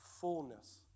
fullness